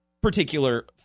particular